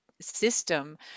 system